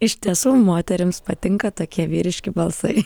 iš tiesų moterims patinka tokie vyriški balsai